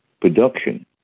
production